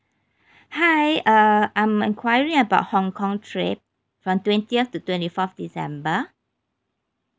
hi uh I'm enquiring about hong kong trip from twentieth to twenty fourth december